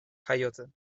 jaiotzen